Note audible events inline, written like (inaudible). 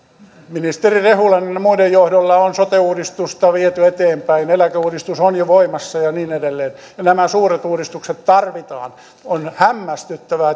ministeri rehulan ynnä muiden johdolla on sote uudistusta viety eteenpäin eläkeuudistus on jo voimassa ja niin edelleen ja nämä suuret uudistukset tarvitaan on hämmästyttävää (unintelligible)